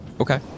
Okay